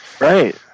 Right